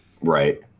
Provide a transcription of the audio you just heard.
Right